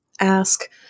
ask